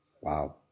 Wow